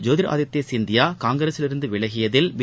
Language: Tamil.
ஜோதிர் ஆதித்ப சிந்தியா காங்கிரசில் இருந்து விலகியதில் பி